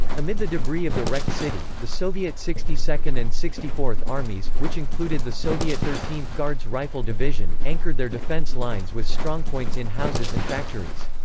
amid the debris of the wrecked city, the soviet sixty second and sixty fourth armies, which included the soviet thirteenth guards rifle division, anchored their defense lines with strongpoints in houses and factories.